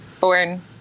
born